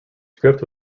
script